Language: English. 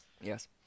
yes